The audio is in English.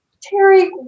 Terry